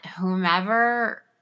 whomever –